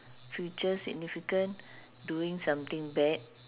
future significant doing something bad